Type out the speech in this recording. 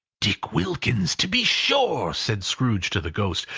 dick wilkins, to be sure! said scrooge to the ghost.